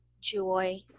joy